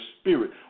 spirit